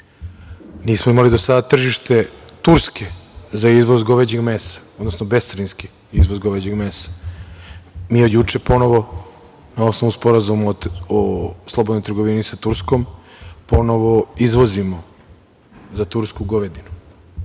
Nismo imali do sad tržište Turske za izvoz goveđeg mesa, odnosno bescarinski izvoz goveđeg mesa. Mi od juče ponovo, na osnovu Sporazuma o slobodnoj trgovini sa Turskom, ponovo izvozimo za Tursku govedinu. Takvih